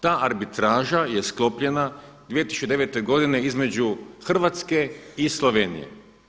Ta arbitraža je sklopljena 2009. godine između Hrvatske i Slovenije.